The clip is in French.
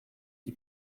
qui